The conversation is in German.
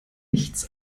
nichts